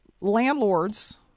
Landlords